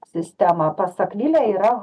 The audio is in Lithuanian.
sistemą pas akvilę yra